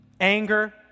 Anger